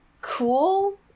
cool